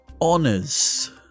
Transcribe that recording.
Honors